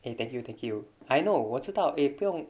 eh thank you thank you I know 我知道 eh 不用